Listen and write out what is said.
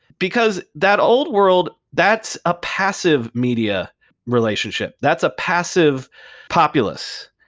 because that old world, that's a passive media relationship. that's a passive populace.